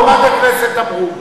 מעל במת הכנסת אמרו.